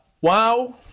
Wow